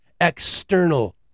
external